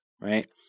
right